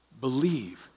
believe